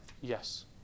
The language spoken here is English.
Yes